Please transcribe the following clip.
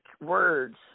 words